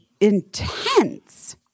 intense